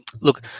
look